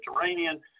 Mediterranean